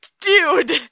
Dude